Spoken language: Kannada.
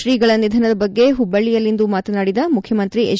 ಶ್ರೀಗಳ ನಿಧನದ ಬಗ್ಗೆ ಮಬ್ಬಳ್ಳಿಯಲ್ಲಿಂದು ಮಾತನಾಡಿದ ಮುಖ್ಯಮಂತ್ರಿ ಎಚ್